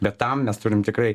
bet tam mes turim tikrai